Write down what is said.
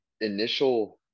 initial